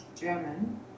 German